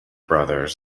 brothers